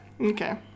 Okay